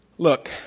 Look